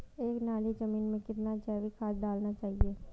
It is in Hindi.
एक नाली जमीन में कितना जैविक खाद डालना चाहिए?